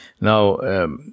Now